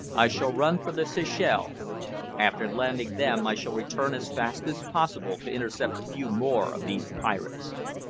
i shall run for the seychelles. after landing them i shall return as fast as possible, to intercept a few more of these pirates.